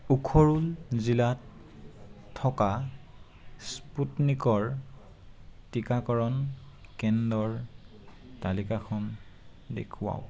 উখৰুল জিলাত থকা স্পুটনিকৰ টিকাকৰণ কেন্দ্ৰৰ তালিকাখন দেখুৱাওক